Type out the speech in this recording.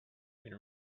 been